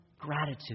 gratitude